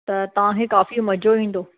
त तव्हांखे काफ़ी मज़ो ईंदो